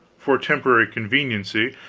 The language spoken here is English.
for temporary conveniency,